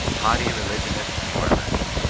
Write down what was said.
haughty religionists and moralists,